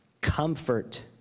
comfort